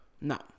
No